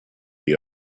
you